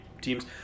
teams